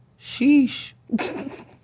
Sheesh